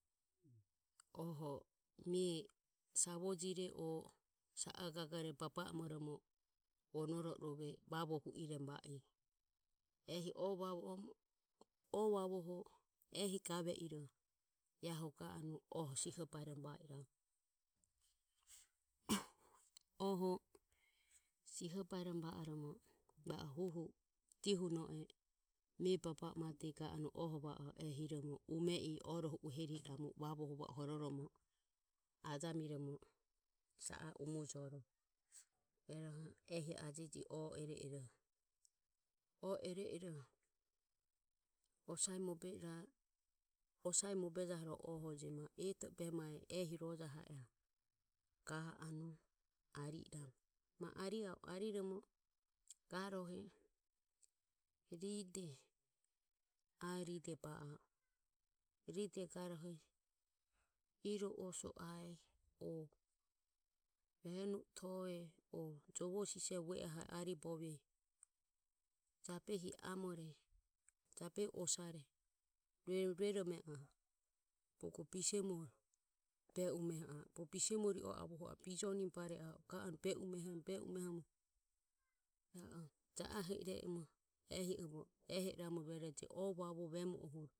Oho mie savojire o sa a gagore baba amoromo vonoro o ro ve vavuoho hueromo va i ehi oe vavuoho oe vavuoho ehi gave iroho ae hu ga anue oho siho baeromo va iramu. Oho siho baeromo va orormo va huhu dihuno e mie baba ama dire ga anue oho va o e hiromo ume i oroho uhe riho iramu vavuho va o horo romo ajamiromo sa aho umojoro eho ehi earueje oe eroeroho osae mobe a e. osae mobe jaure oho je ma etoa behe mae ehi rojahe ga anue ari iramu ari a o ari romo ga rohe ridi ae ride ba a e ride ga rohe iro oso e ae. o veni ue toe o jovo sise vue ahe e aribove jabehi amore jabehi osare rue rome oho bogo bisemuoho be umeho a e bogo bisemuoho ri o avoho a e go bijonimo bare a e ga anue be umeho be umeho ja aho ire ehi o iramu rueroho je oe vavu vemu ohuro.